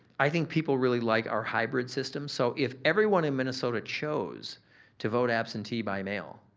i think people really like our hybrid system. so, if everyone in minnesota chose to vote absentee by mail,